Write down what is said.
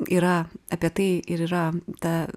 yra apie tai ir yra ta